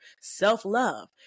self-love